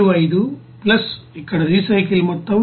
75 plus ఇక్కడ recycle మొత్తం 3